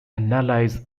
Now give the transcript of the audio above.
analyze